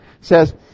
says